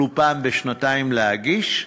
יכלו אחת לשנתיים להגיש,